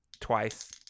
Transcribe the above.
Twice